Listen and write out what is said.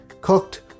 cooked